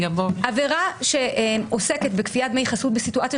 עבירה שעוסקת בכפיית דמי חסות בסיטואציות